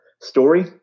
story